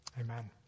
amen